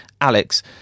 Alex